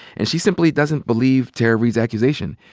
and she simply doesn't believe tara reade's accusation.